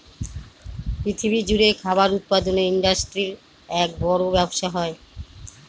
পৃথিবী জুড়ে খাবার উৎপাদনের ইন্ডাস্ট্রির এক বড় ব্যবসা হয়